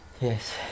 Yes